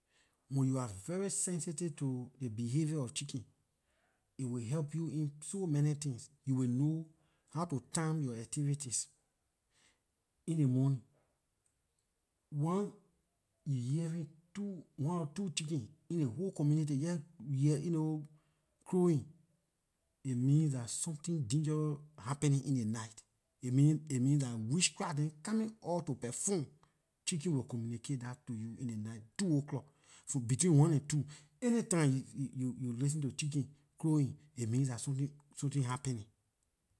When you are very sensitive to ley behavior of chicken, aay will help you in so many things, you know how to time yor activities in ley morning. Once you hearing one or two chicken in ley whole community you jeh hear crowing it means dah something dangerous happening in ley night. It means dah witchcraft coming out to perform chicken will communicate that to you in ley night, two o clock, between one and two anytime you listen to chicken crowing it means dah something happening.